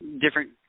different